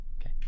Okay